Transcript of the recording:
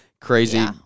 crazy